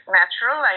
natural